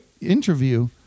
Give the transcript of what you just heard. interview